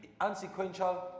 unsequential